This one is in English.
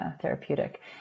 therapeutic